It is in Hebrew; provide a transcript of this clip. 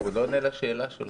הוא רק לא עונה לשאלה שלך.